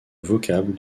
vocable